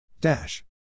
Dash